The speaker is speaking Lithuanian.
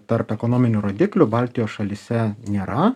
tarp ekonominių rodiklių baltijos šalyse nėra